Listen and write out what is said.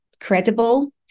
credible